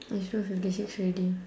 is two fifty six already